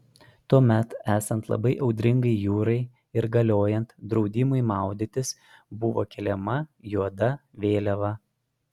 tuomet esant labai audringai jūrai ir galiojant draudimui maudytis buvo keliama juoda vėliava